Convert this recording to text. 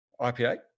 IPA